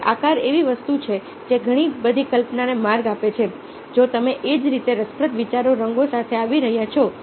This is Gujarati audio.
તેથી આકાર એવી વસ્તુ છે જે ઘણી બધી કલ્પનાને માર્ગ આપે છે જો તમે એ જ રીતે રસપ્રદ વિચારો રંગો સાથે આવી રહ્યા છો